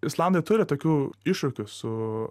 islandai turi tokių iššūkių su